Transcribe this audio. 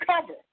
cover